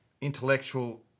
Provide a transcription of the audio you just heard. intellectual